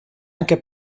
anche